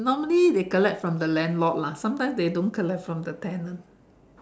normally they collect from the landlord lah sometimes they don't collect from the tenant